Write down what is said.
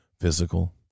physical